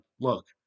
look